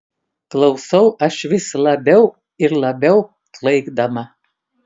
klausau aš vis labiau ir labiau klaikdama